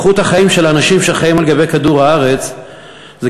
איכות החיים של האנשים שחיים על גבי כדור-הארץ זה